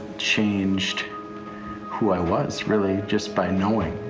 changed who i was, really, just by knowing?